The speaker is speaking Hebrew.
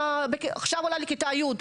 עכשיו עולה לכיתה י'.